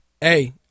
Hey